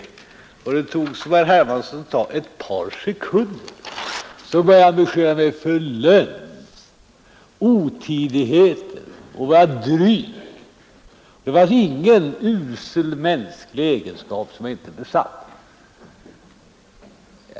Det varade — som herr Hermansson sade — ett par sekunder och så började han beskylla mig för lögn, otidigheter och för att vara dryg — det var ingen usel mänsklig egenskap som jag inte besatt.